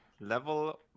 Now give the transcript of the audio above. level